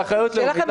באחריות לאומית,